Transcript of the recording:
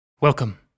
Welcome